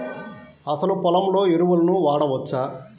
అసలు పొలంలో ఎరువులను వాడవచ్చా?